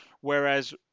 whereas